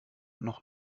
noch